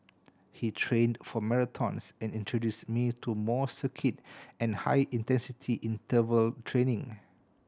he trained for marathons and introduced me to more circuit and high intensity interval training